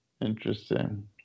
interesting